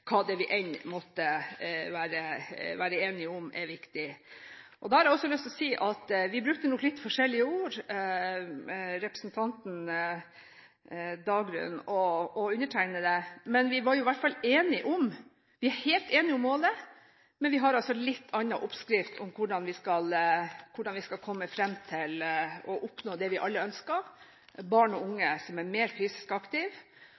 hva vi enn måtte være enige om er viktig. Jeg har også lyst til å si at representanten Dagrun Eriksen og undertegnede brukte nok litt forskjellige ord, men vi er helt enige om målet. Vi har bare en litt annen oppskrift på hvordan vi skal komme fram til og oppnå det vi alle ønsker – barn og